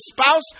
spouse